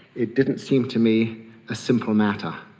it didn't seem to me a simple matter.